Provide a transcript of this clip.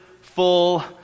full